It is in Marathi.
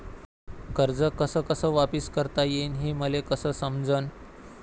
कर्ज कस कस वापिस करता येईन, हे मले कस समजनं?